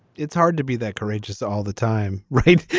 it's hard to be that courageous all the time. right.